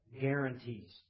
guarantees